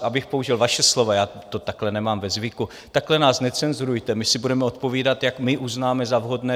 Abych použil vaše slova, já to takhle nemám ve zvyku takhle nás necenzurujte, my si budeme odpovídat, jak my uznáme za vhodné.